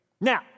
Now